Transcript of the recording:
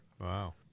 Wow